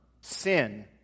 sin